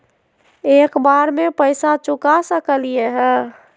एक बार में पैसा चुका सकालिए है?